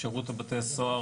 שירות בתי הסוהר,